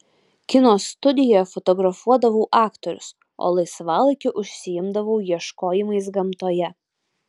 kino studijoje fotografuodavau aktorius o laisvalaikiu užsiimdavau ieškojimais gamtoje